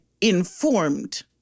informed